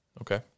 okay